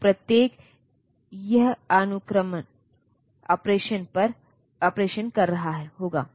तो प्रत्येक यह अनुक्रमण ऑपरेशन कर रहा होगा